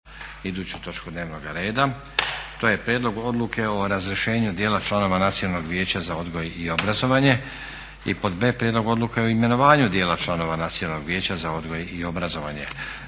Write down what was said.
iduću točku dnevnoga reda, to je: a)Prijedlog Odluke o razrješenju djela članova Nacionalnog vijeća za odgoj i obrazovanje b)Prijedlog Odluke o imenovanju djela članova Nacionalnog vijeća za odgoj i obrazovanje.